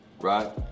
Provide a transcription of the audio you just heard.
right